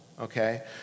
okay